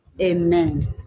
Amen